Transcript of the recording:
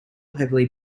heavily